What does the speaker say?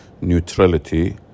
neutrality